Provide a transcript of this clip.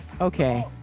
Okay